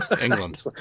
England